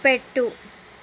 పెట్టు